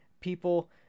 People